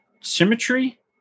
Symmetry